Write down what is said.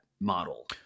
model